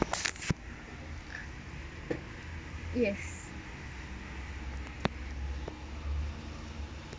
yes